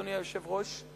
אדוני היושב-ראש?